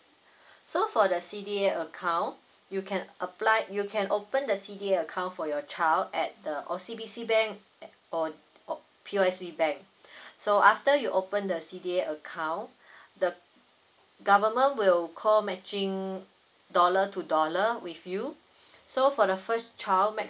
so for the C_D_A account you can apply you can open the C_D_A account for your child at the O_C_B_C bank or P_O_S_B bank so after you open the C_D_A account the government will co matching dollar to dollar with you so for the first child maximum